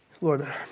Lord